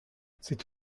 c’est